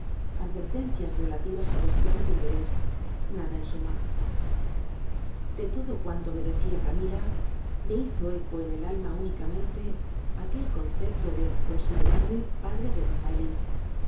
advertencias relativas á cuestiones de interés nada en suma de todo cuanto me decía camila me hizo eco en el alma únicamente aquel concepto de considerarme padre de rafaelín al